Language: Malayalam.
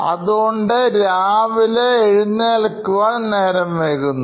അതുകൊണ്ട് രാവിലെ എഴുന്നേൽക്കാൻനേരം വൈകുന്നു